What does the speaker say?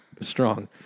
strong